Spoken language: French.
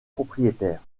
propriétaire